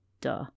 Duh